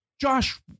Josh